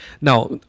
Now